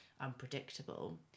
unpredictable